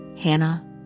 Hannah